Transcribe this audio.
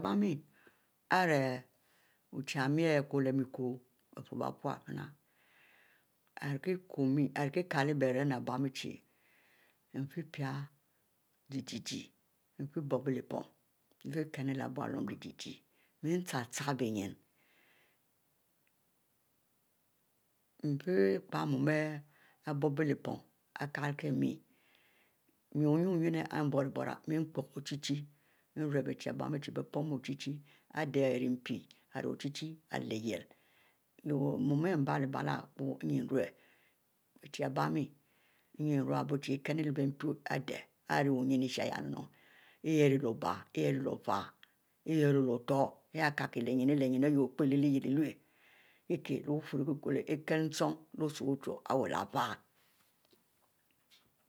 Ari wuchie mie ari kule mie ku bie furro bie pute fiema, ari kie kule beren abie mie chie mie fieh pie gieh-gieh mie fieh bobo lep-pom mie fiekennu leh beyum, gieh-gieh mie fie chie benyin nfie ekpie mu abiubob leh pom akule mie, mie wunnie abiu-burie ari mpom ochi-chi irue bie chie abie mie chie bie mponn ochi-chi adeh ari mpi ari ochi-chi ari lyieh leh mu ari baleh-baleh epo inne nrue bie chi abie mie inne nrue ari bie chi ekum leh bie mpi adeh hieh ari rie nyine ishaieh ihieh ari obie ori fie ihieh rie lo-otoh ihieh kie lkieh nyin iwu pie kie-kieh leh, bufurro ekul ule hey i wuro nchin leh osubiuturo adeh